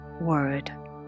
word